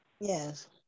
Yes